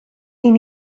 این